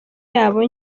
yabo